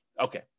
okay